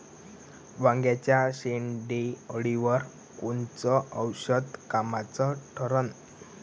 वांग्याच्या शेंडेअळीवर कोनचं औषध कामाचं ठरन?